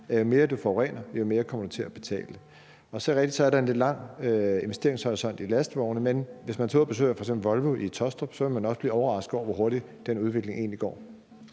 jo mere du forurener, jo mere kommer du til at betale. Og så er det rigtigt, at der er en lidt lang investeringshorisont for lastvogne, men hvis man tager ud og besøger f.eks. Volvo i Taastrup, vil man også blive overrasket over, hvor hurtigt den udvikling egentlig går.